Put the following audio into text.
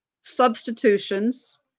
substitutions